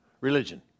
religion